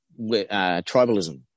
tribalism